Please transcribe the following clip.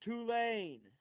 Tulane